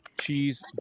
Cheese